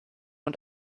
und